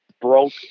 broke